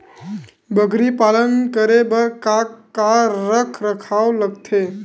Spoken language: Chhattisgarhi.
बकरी पालन करे बर काका रख रखाव लगथे?